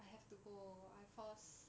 I have to go cause